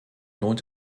lohnt